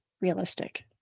realistic